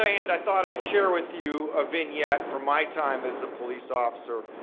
i and i thought i'd share with you, a vignette from my time as a police officer,